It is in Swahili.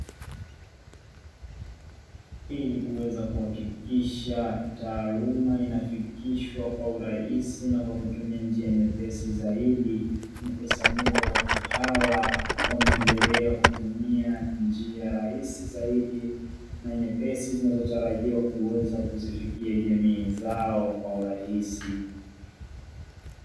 Ili kuweza kuhakikisha taaluma inafikishwa kwa urahisi na kwa kutumia njia nyepesi zaidi, mkusanyiko wa watu hawa wameendelea kutumia njia rahisi zaidi na nyepesi zinazotarajiwa kuweza kuzifikia jamii zao kwa urahisi.